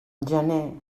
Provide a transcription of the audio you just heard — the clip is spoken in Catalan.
gener